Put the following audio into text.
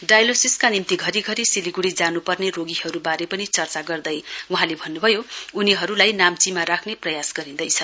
डाइलेसिसका निम्ति घरिघरि सिलीगुडी जानुपर्ने रोगीहरुबारे पनि चर्चा गर्दै वहाँले भन्नुभयो उनीहरूलाई नाम्चीमा राख्ने प्रयास गरिँदैछ